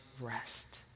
rest